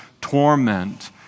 torment